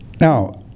Now